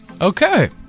Okay